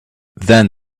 then